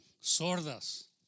sordas